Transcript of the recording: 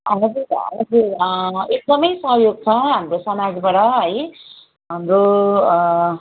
हजुर एकदमै सहयोग छ हाम्रो समाजबाट है हाम्रो